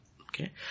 Okay